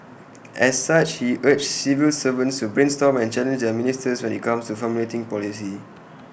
as such he urged civil servants to brainstorm and challenge their ministers when IT comes to formulating policy